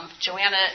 Joanna